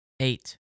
Eight